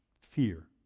fear